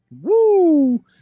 Woo